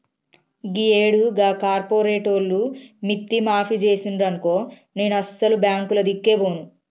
గీయేడు గా కార్పోరేటోళ్లు మిత్తి మాఫి జేసిండ్రనుకో నేనసలు బాంకులదిక్కే బోను